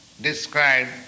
described